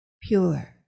pure